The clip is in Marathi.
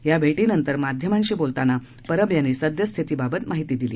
या भेटीनंतर माध्यमांशी बोलताना परब यांनी सद्यस्थिती बाबत माहिती दिली